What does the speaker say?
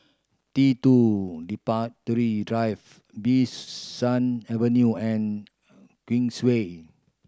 T two Drive Bee San Avenue and Queensway